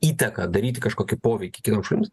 įtaką daryti kažkokį poveikį kitoms šalims